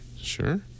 Sure